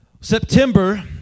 September